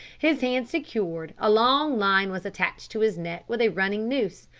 his hands secured, a long line was attached to his neck with a running noose,